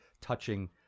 touching